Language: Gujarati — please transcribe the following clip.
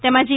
તેમાં જી